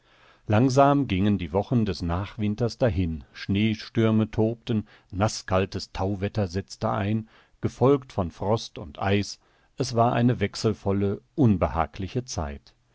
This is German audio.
langsam gingen die wochen des nachwinters dahin schneestürme tobten naßkaltes tauwetter setzte ein gefolgt von frost und eis es war eine wechselvolle unbehagliche zeit